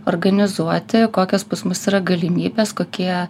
organizuoti kokios pas mus yra galimybės kokie